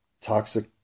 toxic